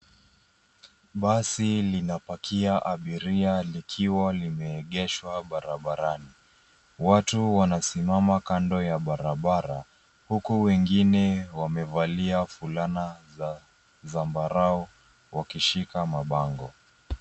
Basi linapakia abiria likiwa limeegeshwa barabarani. Watu wanasimama kando ya barabara, huku wengine wamevalia fulana za zambarau wakishika mabango.